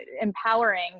empowering